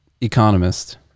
economist